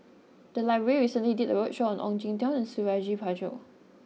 the library recently did a roadshow on Ong Jin Teong and Suradi Parjo